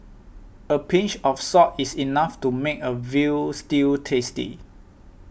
a pinch of salt is enough to make a Veal Stew tasty